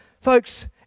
Folks